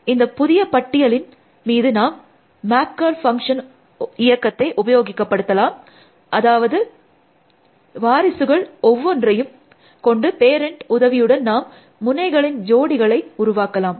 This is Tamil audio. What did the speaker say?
இந்த புதிய பட்டியலின் மீது நாம் மேப்கர் இயக்கத்தை உபயோகப்படுத்தலாம் அதாவது வாரிசுகள் ஒவ்வொன்றையும் கொண்டு பேரண்ட் உதவியுடன் நாம் முனைகளின் ஜோடிகளை உருவாக்கலாம்